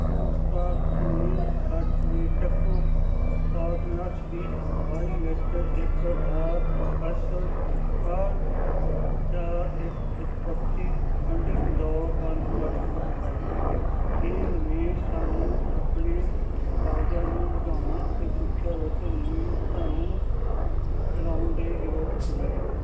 Codecraft ਨੇ strategic partners ਦੀ ਅਗਵਾਈ ਵਿੱਚ ਇੱਕ ਆਰ ਐਸ ਅਠਾਹਠ ਚਾਰ ਇੱਕ ਇੱਕ ਬੱਤੀ ਫੰਡਿੰਗ ਦੌਰ ਬੰਦ ਕਰ ਦਿੱਤਾ ਹੈ ਇਹ ਨਿਵੇਸ਼ ਸਾਨੂੰ ਆਪਣੇ ਕਾਰਜਾਂ ਨੂੰ ਵਧਾਉਣ ਅਤੇ ਸਿੱਖਿਆ ਵਿੱਚ ਨਵੀਨਤਾ ਨੂੰ ਚਲਾਉਣ ਦੇ ਯੋਗ ਬਣਾਏਗਾ